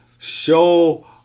Show